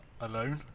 alone